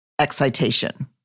excitation